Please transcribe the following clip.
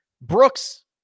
Brooks